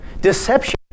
Deception